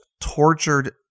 tortured